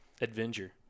Adventure